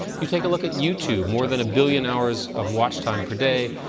you take a look at youtube, more than a billion hours of watch time per day.